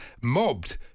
mobbed